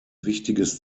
wichtiges